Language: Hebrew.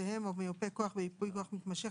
אפוטרופוסיהם או מיופי כוח ביפוי כוח מתמשך